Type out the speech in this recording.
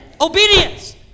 Obedience